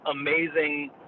amazing